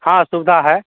हाँ सुवधा है